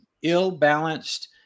ill-balanced